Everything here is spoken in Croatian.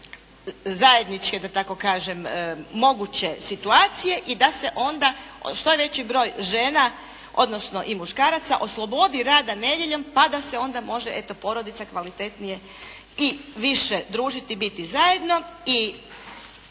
zajedničke da tako kažem moguće situacije i da se onda što je veći broj žena odnosno i muškaraca oslobodi rada nedjeljom, pa da se onda može eto, porodica kvalitetnije i više družiti i biti zajedno.